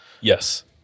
Yes